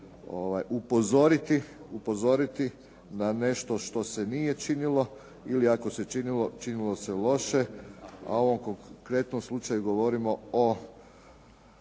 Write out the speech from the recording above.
upozoriti na nešto što se nije činilo ili ako se činilo, činilo se loše, a u ovom konkretnu slučaju govorimo o